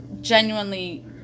genuinely